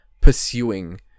pursuing